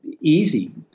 easy